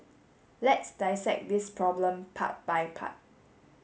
let's dissect this problem part by part